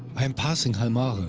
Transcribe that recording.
i am passing hallmare,